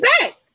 back